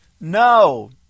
No